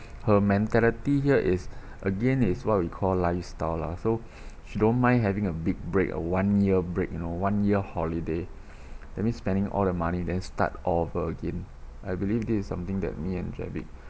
her mentality here is again is what we call lifestyle lah so she don't mind having a big break a one year break you know one year holiday that means spending all the money then start over again I believe this is something that me and jerrick